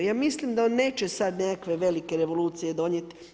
Ja mislim da on neće sad nekakve velike revolucije donijeti.